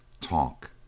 TALK